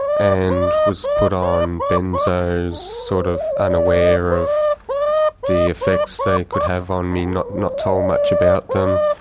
and was put on benzos sort of unaware of the effects they could have on me, not not told much about them,